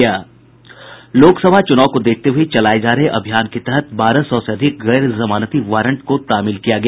लोकसभा चुनाव को देखते हुए चलाये जा रहे अभियान के तहत बारह सौ से अधिक गैर जमानती वारंट को तामिल किया गया